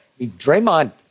Draymond